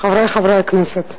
חברי חברי הכנסת,